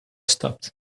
stopped